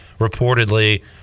reportedly